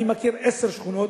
אני מכיר עשר שכונות.